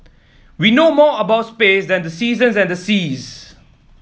we know more about space than the seasons and the seas